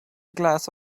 glass